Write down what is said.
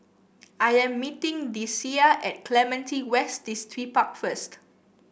I am meeting Deasia at Clementi West Distripark first